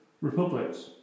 republics